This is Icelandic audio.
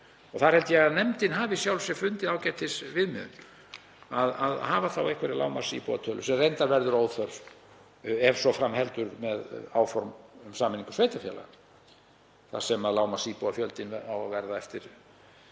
út. Þar held ég að nefndin hafi í sjálfu sér fundið ágætisviðmiðun, að hafa þá einhverja lágmarksíbúatölu, sem reyndar verður óþörf ef svo fram heldur með áform um sameiningu sveitarfélaga þar sem lágmarksíbúafjöldi á að verða eftir